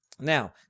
Now